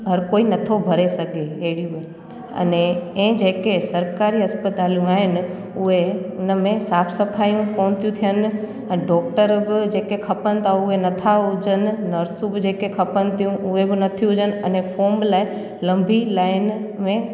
हर कोई नथो भरे सघे अहिड़ियूं अने ऐं जेके सरकारी इस्पतालूं आहिनि उहे हुन में साफ़ु सफ़ाइयूं बि कोन थियूं थियनि अन डॉक्टर बि जेके खपनि था उहे नथा हुजनि नर्सूं बि जेके खपनि थियूं उहे बि नथियूं हुजनि अने फॉम लाइ लंॿी लाइन में